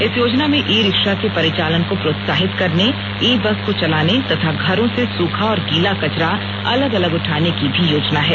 इस योजना में ई रिक्शा के परिचालन को प्रोत्साहित करने ई बस को चलाने तथा घरों से सूखा और गील कचरा अलग अलग उठाने की भी योजना है